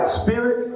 spirit